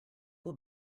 will